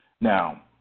Now